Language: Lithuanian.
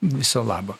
viso labo